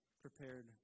prepared